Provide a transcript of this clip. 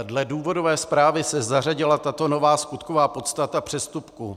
Dle důvodové zprávy se zařadila tato nová skutková podstata přestupku.